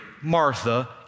Martha